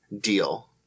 deal